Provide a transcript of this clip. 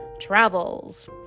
travels